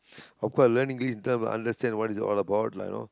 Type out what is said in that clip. of course learn english in term of understand what it is all about lah you know